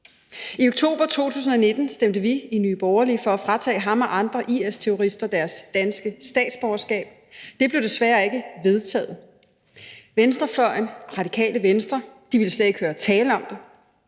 I oktober 2019 stemte vi i Nye Borgerlige for at fratage ham og andre IS-terrorister deres danske statsborgerskab. Det blev desværre ikke vedtaget. Venstrefløjen og Radikale Venstre ville slet ikke høre tale om det.